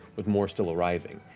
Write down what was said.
with more still arriving.